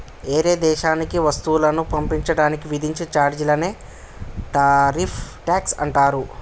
ఏరే దేశానికి వస్తువులను పంపించడానికి విధించే చార్జీలనే టారిఫ్ ట్యాక్స్ అంటారు